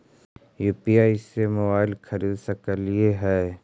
UPI से हम mobile खरिद सकलिऐ है